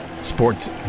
Sports